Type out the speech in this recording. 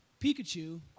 Pikachu